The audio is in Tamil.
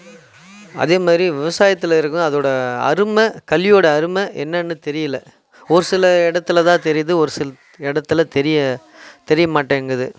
அதே மாரி விவசாயத்தில் இருக்கவங்க அதோட அருமை கல்வியோடு அருமை என்னென்னு தெரியலை ஒரு சில இடத்துல தான் தெரியுது ஒரு சில இடத்துல தெரிய தெரிய மாட்டேங்குது